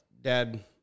Dad